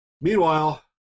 meanwhile